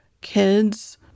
Kids